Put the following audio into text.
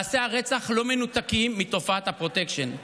מעשי הרצח לא מנותקים מתופעת הפרוטקשן,